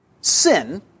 Sin